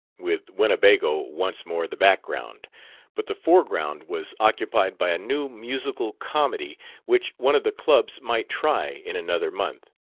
with winnebago once more the background but the foreground was occupied by a new musical comedy which one of the clubs might try in another month,